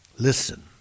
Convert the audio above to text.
Listen